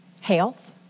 health